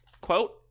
Quote